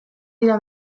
dira